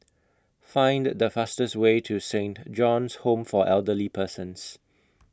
Find The fastest Way to Saint John's Home For Elderly Persons